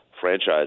franchise